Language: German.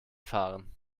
fahren